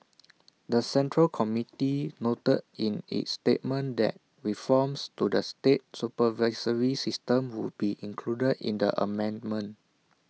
the central committee noted in its statement that reforms to the state supervisory system would be included in the amendment